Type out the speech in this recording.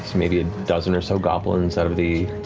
maybe a dozen or so goblins out of the,